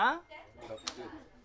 מברך את המנכ"ל החדש שיצליח.